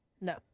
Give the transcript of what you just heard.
No